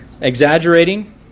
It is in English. Exaggerating